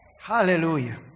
Hallelujah